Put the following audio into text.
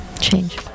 change